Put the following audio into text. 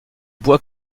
bois